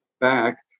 back